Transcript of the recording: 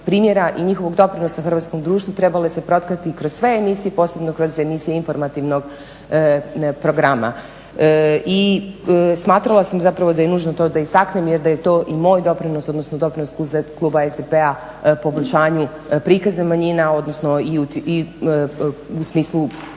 primjera i njihovog doprinosa hrvatskom društvu trebale se protkati kroz sve emisije posebno kroz emisije informativnog programa. I smatrala sam da je nužno da to istaknem jer da je to i moj doprinos odnosno doprinos kluba SDP-a poboljšanju prikaza manjina odnosno i u smislu